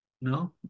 No